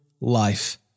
life